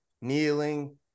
kneeling